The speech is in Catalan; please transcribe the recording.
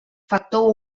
factor